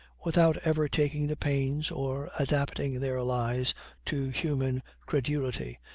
without ever taking the pains or adapting their lies to human credulity,